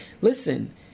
Listen